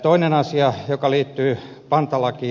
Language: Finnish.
toinen asia joka liittyy pantalakiin